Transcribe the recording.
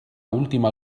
última